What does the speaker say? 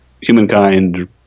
humankind